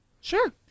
Sure